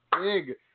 big